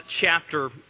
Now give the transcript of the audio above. chapter